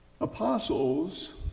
apostles